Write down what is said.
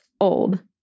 old